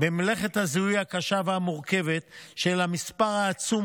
במלאכת הזיהוי הקשה והמורכבת של המספר העצום